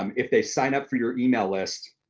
um if they sign up for your email list,